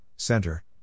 center